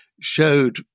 showed